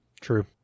True